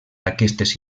aquestes